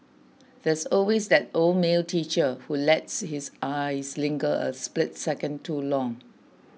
there's always that old male teacher who lets his eyes linger a split second too long